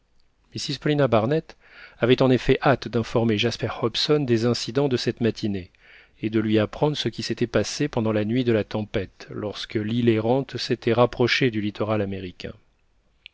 mrs paulina barnett avait en effet hâte d'informer jasper hobson des incidents de cette matinée et de lui apprendre ce qui s'était passé pendant la nuit de la tempête lorsque l'île errante s'était rapprochée du littoral américain